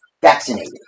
vaccinated